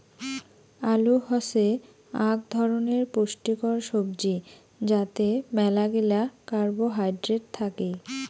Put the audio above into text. আলু হসে আক ধরণের পুষ্টিকর সবজি যাতে মেলাগিলা কার্বোহাইড্রেট থাকি